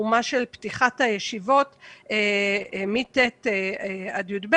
התרומה של פתיחת הישיבות מ-ט' עד י"ב.